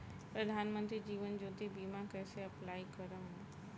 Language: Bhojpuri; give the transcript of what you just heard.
प्रधानमंत्री जीवन ज्योति बीमा योजना कैसे अप्लाई करेम?